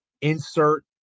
insert